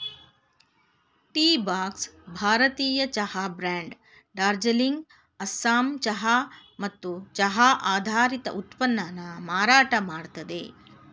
Teabox ಭಾರತೀಯ ಚಹಾ brand Darjeeling Assam ಚಹಾ ಮತ್ತು ಚಹಾ ಆಧಾರಿತ ಉತ್ಪನ್ನನ ಮಾರಾಟ ಮಾಡ್ತದೆ